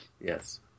Yes